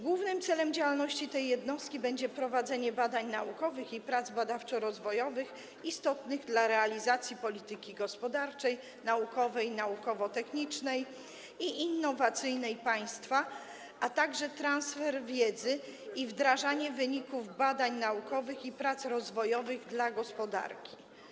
Głównym celem działalności tej jednostki będzie prowadzenie badań naukowych i prac badawczo-rozwojowych istotnych dla realizacji polityki gospodarczej, naukowej, naukowo-technicznej i innowacyjnej państwa, a także transfer wiedzy i wdrażanie wyników badań naukowych i prac rozwojowych do gospodarki.